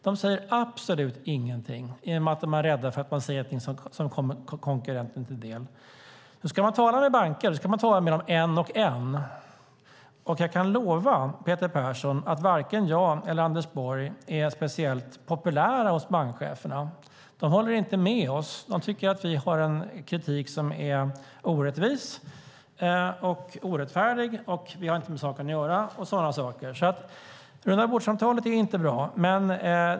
De säger absolut ingenting, i och med att de är rädda för att säga något som kommer konkurrenten till del. Ska man tala med banker, då ska man tala med dem en och en. Jag kan lova Peter Persson att varken jag eller Anders Borg är speciellt populära hos bankcheferna. De håller inte med oss. De tycker att vi har en kritik som är orättvis och orättfärdig, att vi inte har med saken att göra och liknande. Rundabordssamtal är alltså inte bra.